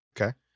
Okay